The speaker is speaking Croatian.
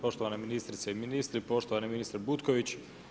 Poštovane ministrice i ministri, poštovani ministre Butković.